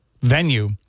venue